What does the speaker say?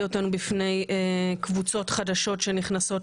אותנו בפני קבוצות חדשות שנכנסות לארץ,